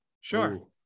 Sure